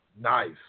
nice